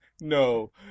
No